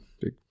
big